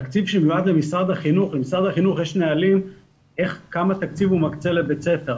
למשרד החינוך יש נהלים כמה תקציב הוא מקצה לבית ספר.